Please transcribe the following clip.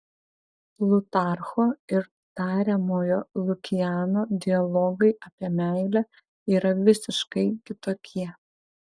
plutarcho ir tariamojo lukiano dialogai apie meilę yra visiškai kitokie